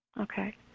Okay